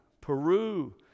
Peru